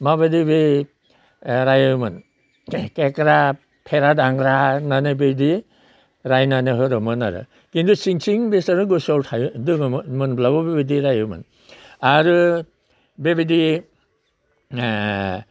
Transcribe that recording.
माबायदि बै रायोमोन खेख्रा फेरा दांग्रा होननानै बेदि रायनानै होदोंमोन आरो खिन्थु सिं सिं बिसोरो दस्रायाव दोङोमोनब्लाबो बिदि रायोमोन आरो बेबिदि